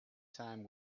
time